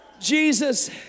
Jesus